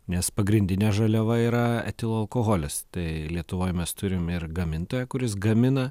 nes pagrindinė žaliava yra etilo alkoholis tai lietuvoj mes turim ir gamintoją kuris gamina